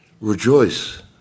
rejoice